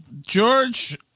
George